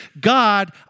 God